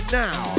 now